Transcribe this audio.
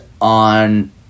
on